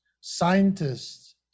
scientists